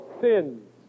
sins